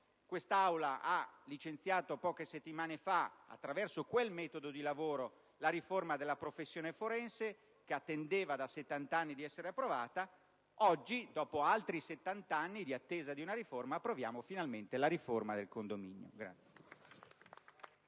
Quest'Aula ha licenziato poche settimane fa attraverso quel metodo di lavoro la riforma della professione forense, che attendeva da settant'anni di essere approvata; oggi, dopo altri settant'anni di attesa, approviamo finalmente la riforma del condominio.